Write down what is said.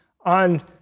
on